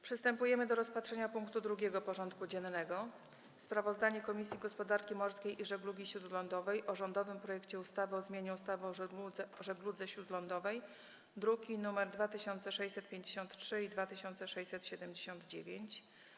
Przystępujemy do rozpatrzenia punktu 2. porządku dziennego: Sprawozdanie Komisji Gospodarki Morskiej i Żeglugi Śródlądowej o rządowym projekcie ustawy o zmianie ustawy o żegludze śródlądowej (druki nr 2653 i 2679)